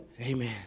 Amen